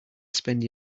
spend